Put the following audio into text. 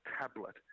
tablet